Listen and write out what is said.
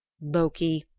loki,